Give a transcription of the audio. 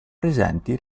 presenti